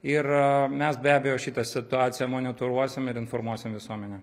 ir mes be abejo šitą situaciją monitoruosim ir informuosim visuomenę